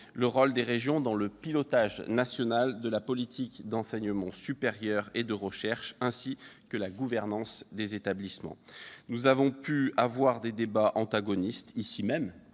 le rôle des régions dans le pilotage national de la politique d'enseignement supérieur et de recherche, ainsi que dans la gouvernance des établissements. Nous avons pu avoir des débats antagonistes, ici même,